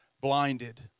blinded